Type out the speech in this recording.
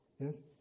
Yes